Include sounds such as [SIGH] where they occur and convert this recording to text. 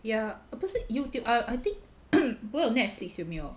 ya err 不是 YouTube I I think [NOISE] go on Netflix 有没有